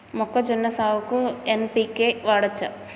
మొక్కజొన్న సాగుకు ఎన్.పి.కే వాడచ్చా?